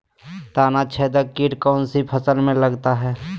तनाछेदक किट कौन सी फसल में लगता है?